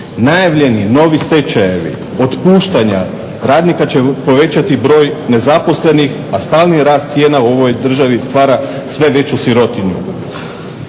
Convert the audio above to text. Najavljeni novi stečajevi, otpuštanja radnika povećati će broj nezaposlenih, a stalni rast cijena u ovoj državi stvara sve veću sirotinju.